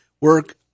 work